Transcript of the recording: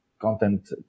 content